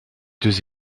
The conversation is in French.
deux